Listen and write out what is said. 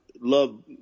love